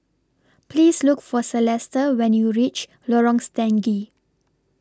Please Look For Celesta when YOU REACH Lorong Stangee